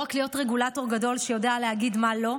לא רק להיות רגולטור גדול שיודע להגיד מה לא,